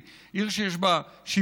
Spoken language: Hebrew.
עיר שיש בה מפגש אנושי,